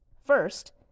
First